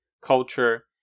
culture